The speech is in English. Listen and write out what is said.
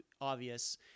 obvious